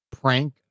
prank